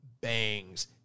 bangs